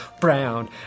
brown